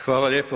Hvala lijepo.